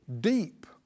deep